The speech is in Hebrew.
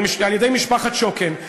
על-ידי משפחת שוקן,